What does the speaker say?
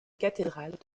cathédrale